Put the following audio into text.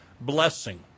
blessing